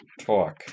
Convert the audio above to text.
talk